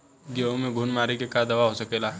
गेहूँ में घुन मारे के का दवा हो सकेला?